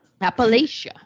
Appalachia